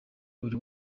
buri